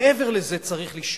מעבר לזה צריך לשאול: